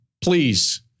Please